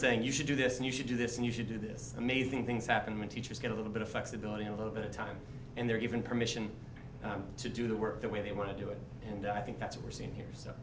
saying you should do this and you should do this and you should do this amazing things happen when teachers get a little bit of flexibility a little bit of time and they're given permission to do the work the way they want to do it and i think that's what we're seeing here so